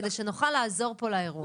כדי שנוכל פה לאירוע?